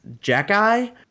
Jack-Eye